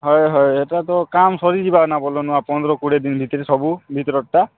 ହଏ ହଏ ଏଟା ତ କାମ ସରିଯିବାର ନା ବୋଲନ ଆପଣଙ୍କର୍ କୋଡ଼ିଏ ଦିନ୍ ଭିତରେ ସବୁ ଭିତର୍ଟା